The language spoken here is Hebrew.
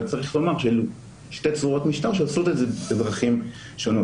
אבל צריך לומר שאלו שתי צורות משטר שעושות את זה בדרכים שונות.